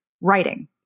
writing